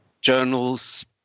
journals